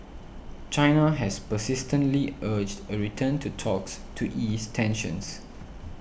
China has persistently urged a return to talks to ease tensions